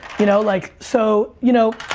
you know like, so you know,